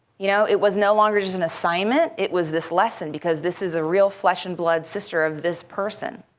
you know it was no longer just an assignment, it was this lesson because this is a real flesh and blood sister of this person.